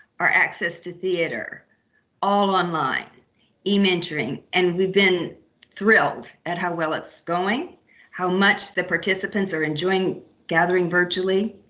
our access to theater all online ementoring. and we've been thrilled at how well it's going how much the participants are enjoying gathering virtually